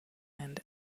and